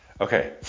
Okay